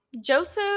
Joseph